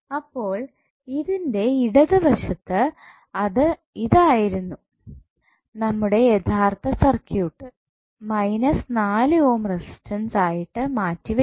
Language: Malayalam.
അപ്പോൾ ഇതിൻറെ ഇടതുവശത്ത് അത് ഇതായിരുന്നു നമ്മുടെ യഥാർത്ഥ സർക്യൂട്ട് ഓം റെസിസ്റ്റൻസ് ആയിട്ട് മാറ്റി വെയ്ക്കാം